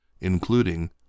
including